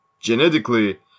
Genetically